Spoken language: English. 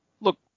look